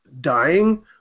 dying